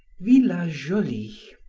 villa jolie.